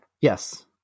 Yes